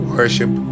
Worship